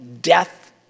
death